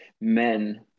men